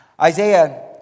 Isaiah